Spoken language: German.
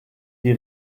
die